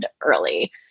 early